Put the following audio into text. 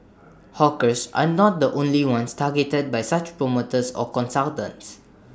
hawkers are not the only ones targeted by such promoters or consultants